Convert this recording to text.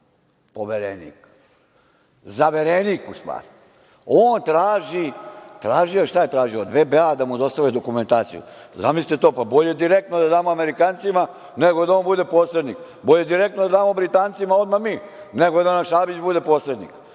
poverenik, zaverenik, u stvari, on traži, šta je tražio, od VBA da mu dostave dokumentaciju. Zamislite to. Pa bolje direktno da damo Amerikancima nego da on bude posrednik. Bolje direktno da damo Britancima odmah mi, nego da nam Šabić bude posrednik.